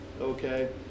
okay